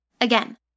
Again